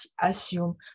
assume